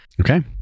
Okay